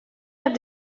have